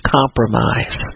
compromise